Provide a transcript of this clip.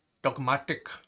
Dogmatic